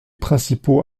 principaux